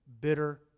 bitter